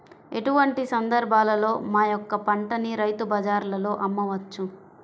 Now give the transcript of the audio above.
ఎటువంటి సందర్బాలలో మా యొక్క పంటని రైతు బజార్లలో అమ్మవచ్చు?